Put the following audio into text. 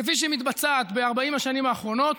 כפי שמתבצעת ב-40 השנים האחרונות,